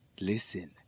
listen